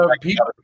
people